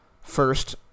first